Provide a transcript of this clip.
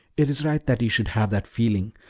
it is right that you should have that feeling,